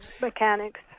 mechanics